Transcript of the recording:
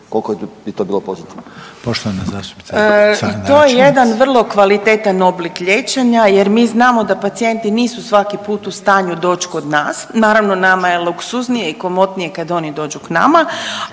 Koliko bi to bilo pozitivno?